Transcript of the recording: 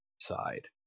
side